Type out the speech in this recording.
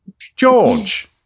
George